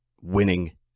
winning